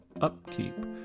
upkeep